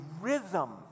rhythm